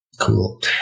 Cool